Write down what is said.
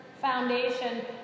foundation